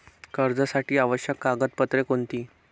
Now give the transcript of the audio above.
कर्जासाठी आवश्यक कागदपत्रे कोणती?